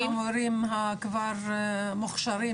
למה לא לוקחים את המורים המוכשרים בתוך